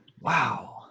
wow